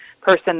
person